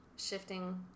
Shifting